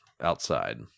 outside